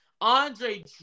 Andre